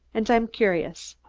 and i'm curious.